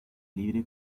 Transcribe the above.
libre